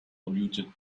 polluted